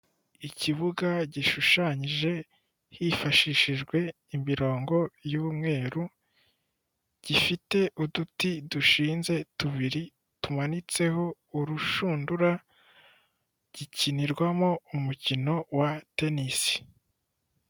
Ikibuga gishushanyije hifashishijwe imirongo y'umweru, gifite uduti dushinze tubiri tumanitseho urushundura gikinirwamo umukino wa tennis.